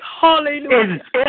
Hallelujah